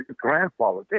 grandfather